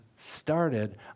started